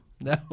No